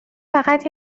فقط